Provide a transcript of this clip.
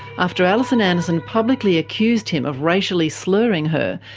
after alison anderson publicly accused him of racially slurring her,